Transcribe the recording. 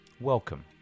Welcome